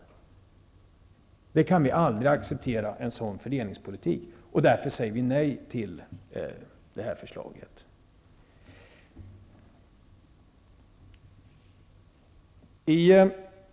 En sådan fördelningspolitik kan vi aldrig acceptera, och därför säger vi nej till regeringsförslaget.